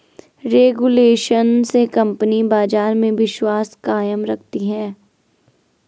regulation से company बाजार में विश्वास कायम रखती है